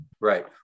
Right